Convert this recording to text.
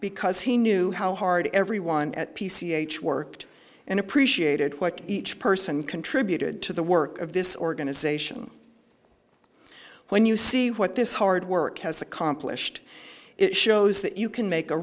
because he knew how hard everyone at p c h worked and appreciated what each person contributed to the work of this organization when you see what this hard work has accomplished it shows that you can make a